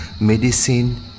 medicine